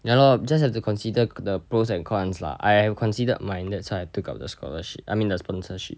ya lor just have to consider the pros and cons lah I have considered mine that's why I took up the scholarship I mean the sponsorship